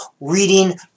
reading